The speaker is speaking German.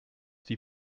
wie